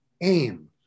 Aim